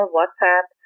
WhatsApp